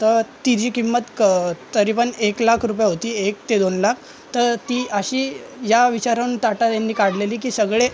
तर तिची किंमत क तरी पण एक लाख रुपय होती एक ते दोन लाख तर ती अशी या विचारानं टाटा यांनी काढलेली की सगळे